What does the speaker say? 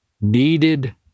needed